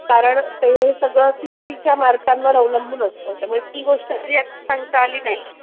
कारण ते सगळं सि ई टीच्या मार्कांवर अवलंबून असतं त्यामुळे ती गोष्ट तरी आता सांगता आली नाही